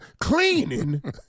Cleaning